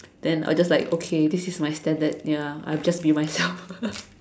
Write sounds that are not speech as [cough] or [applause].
then I'll just like okay this is my standard ya I'll just be myself [laughs]